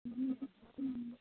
हुँ हुँ